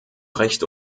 recht